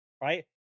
right